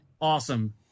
awesome